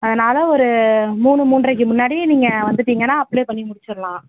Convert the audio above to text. அதனாலே ஒரு மூணு மூண்ரைக்கு முன்னாடி நீங்கள் வந்துட்டீங்கன்னால் அப்ளை பண்ணி முடிச்சுர்லாம்